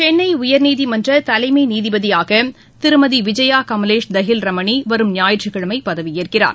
சென்னைஉயர்நீதிமன்றதலைமைநீதிபதியாகதிருமதிவிஜயாகமலேஷ் தஹில் ரமணிவரும் ஞாயிற்றுக்கிழமைபதவியேற்கிறார்